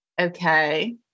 Okay